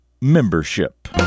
membership